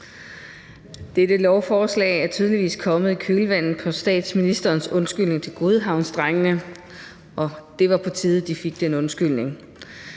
Dette lovforslag er tydeligvis kommet i kølvandet på statsministerens undskyldning til godhavnsdrengene, og det var på tide, at de fik den undskyldning.